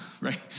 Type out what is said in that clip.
right